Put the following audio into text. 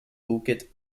bukit